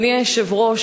אדוני היושב-ראש,